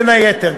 בין היתר,